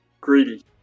Greedy